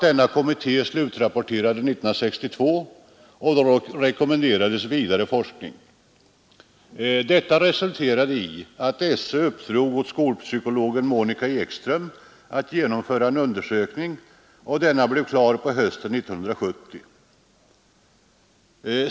Denna kommitté slutrapporterade 1962, och då rekommenderades vidare forskning. Detta resulterade i att SÖ uppdrog åt skolpsykologen Monica Ekström att genomföra en undersökning. Denna blev klar på hösten 1970.